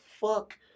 fuck